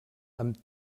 amb